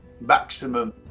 maximum